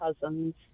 cousins